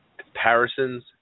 comparisons